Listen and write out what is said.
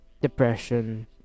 depression